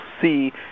see